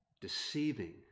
deceiving